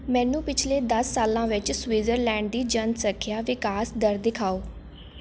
ਮੈਨੂੰ ਪਿਛਲੇ ਦਸ ਸਾਲਾਂ ਵਿੱਚ ਸਵਿਜ਼ਰਲੈਂਡ ਦੀ ਜਨਸੰਖਿਆ ਵਿਕਾਸ ਦਰ ਦਿਖਾਓ